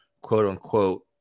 quote-unquote